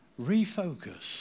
refocus